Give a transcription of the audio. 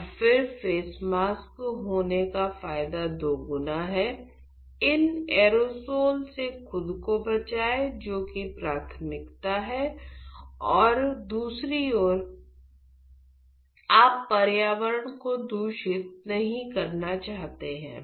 और फिर face mask होने का फायदा दुगना है इन एरोसोल से खुद को बचाएं जो कि प्राथमिकता है और दूसरी ओर आप पर्यावरण को दूषित नहीं करना चाहते हैं